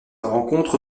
rencontre